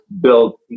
built